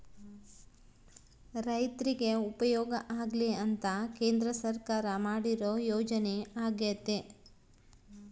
ರೈರ್ತಿಗೆ ಉಪಯೋಗ ಆಗ್ಲಿ ಅಂತ ಕೇಂದ್ರ ಸರ್ಕಾರ ಮಾಡಿರೊ ಯೋಜನೆ ಅಗ್ಯತೆ